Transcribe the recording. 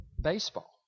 baseball